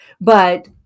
but-